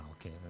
okay